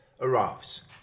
arrives